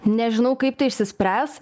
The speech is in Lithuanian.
nežinau kaip tai išsispręs